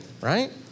right